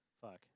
Fuck